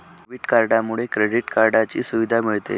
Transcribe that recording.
debit कार्डमुळे credit कार्डची सुविधा मिळते